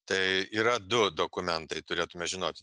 tai yra du dokumentai turėtume žinot